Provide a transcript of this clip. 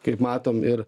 kaip matom ir